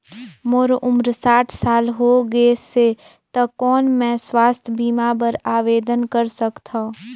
मोर उम्र साठ साल हो गे से त कौन मैं स्वास्थ बीमा बर आवेदन कर सकथव?